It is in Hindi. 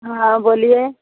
हाँ बोलिए